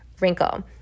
wrinkle